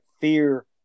fear